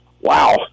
Wow